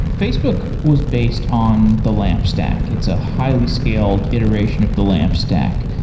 facebook was based on the lamp stack. it's a highly scaled iteration of the lamp stack.